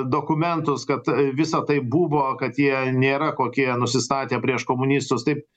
dokumentus kad visa tai buvo kad jie nėra kokie nusistatę prieš komunistus taip